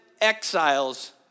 exiles